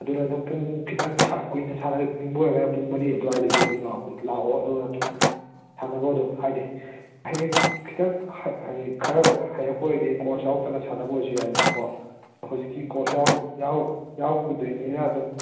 ꯑꯗꯨꯅ ꯅꯪ ꯄꯨꯡ ꯈꯤꯇꯪ ꯀꯨꯏꯅ ꯁꯥꯟꯅꯅꯤꯡꯕ ꯑꯣꯏꯔꯒꯅ ꯄꯨꯡ ꯃꯔꯤ ꯑꯗꯨꯋꯥꯏꯗꯒꯤ ꯑꯗꯨꯝ ꯂꯥꯛꯑꯣ ꯑꯗꯨꯒ ꯑꯗꯨꯝ ꯁꯥꯟꯅꯕ ꯍꯧꯔꯣ ꯍꯥꯏꯗꯤ ꯍꯌꯦꯡ ꯈꯤꯇꯪ ꯈꯔꯒ ꯍꯩꯔꯛꯄ ꯑꯣꯏꯗꯤ ꯀꯣꯔꯁ ꯌꯧꯗꯅ ꯁꯥꯟꯅꯕ ꯑꯣꯏꯁꯨ ꯌꯥꯏꯗꯅ ꯀꯣ ꯍꯧꯖꯤꯛꯇꯤ ꯀꯣꯔꯁ ꯌꯥꯎ ꯌꯥꯎ ꯌꯥꯎꯗꯣꯏꯅꯤꯅ ꯑꯗꯨꯝ